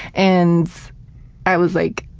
and i was like,